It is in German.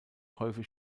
häufig